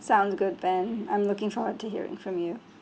sounds good ben I'm looking forward to hearing from you